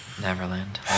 Neverland